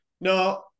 no